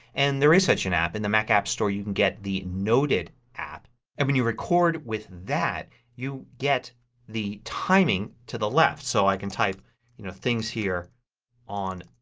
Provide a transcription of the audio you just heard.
and there is such an app in the mac app store. you can get the noted app and when you record with that you get the timing to the left. so i can type things here on